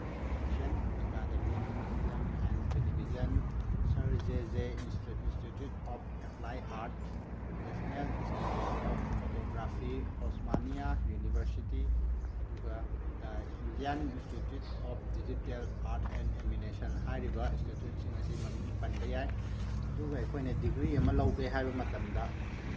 Asian academy of film and television sir J J institute of applied art national institute of photography Osmania university ꯑꯗꯨꯒ the Indian institute of digital art and animation ꯍꯥꯏꯔꯤꯕ ꯏꯟꯁꯇꯤꯇ꯭ꯌꯨꯠꯁꯤꯡ ꯑꯁꯤ ꯃꯃꯤꯡ ꯄꯟꯕ ꯌꯥꯏ ꯑꯗꯨꯒ ꯑꯩꯈꯣꯏꯅ ꯗꯤꯒ꯭ꯔꯤ ꯑꯃ ꯂꯧꯒꯦ ꯍꯥꯏꯕ ꯃꯇꯝꯗ